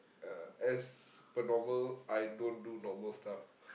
uh as per normal I don't do normal stuff